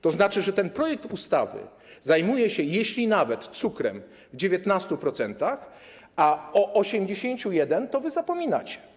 To znaczy, że ten projekt ustawy zajmuje się jeśli nawet cukrem, w 19%, a o 81% to wy zapominacie.